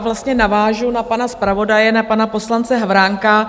Vlastně navážu na pana zpravodaje, na pana poslance Havránka.